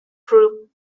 proved